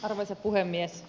arvoisa puhemies